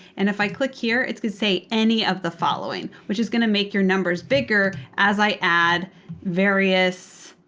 and if i click here, it's going to say any of the following, which is going to make your numbers bigger as i add various